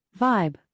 vibe